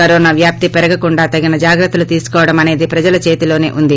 corona వ్యాప్తి పెరగకుండా తగిన జాగ్రత్తలు తీసుకోవడం అనేది ప్రజల చేతిలోసే వుంది